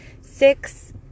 six